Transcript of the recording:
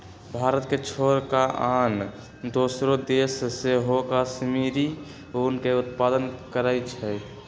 भारत के छोर कऽ आन दोसरो देश सेहो कश्मीरी ऊन के उत्पादन करइ छै